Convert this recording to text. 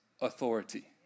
authority